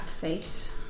face